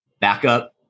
Backup